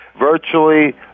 virtually